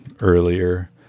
earlier